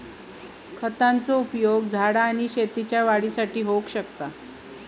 खतांचो उपयोग झाडा आणि शेतीच्या वाढीसाठी होऊ शकता